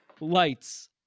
Lights